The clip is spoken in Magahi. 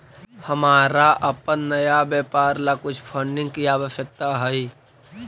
हमारा अपन नए व्यापार ला कुछ फंडिंग की आवश्यकता हई